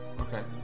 okay